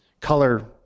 color